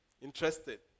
interested